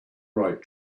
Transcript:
right